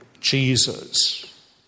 Jesus